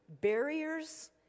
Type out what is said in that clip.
Barriers